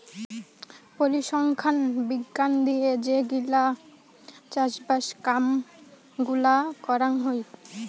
পরিসংখ্যান বিজ্ঞান দিয়ে যে গিলা চাষবাস কাম গুলা করাং হই